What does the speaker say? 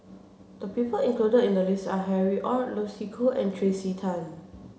the people included in the list are Harry Ord Lucy Koh and Tracey Tan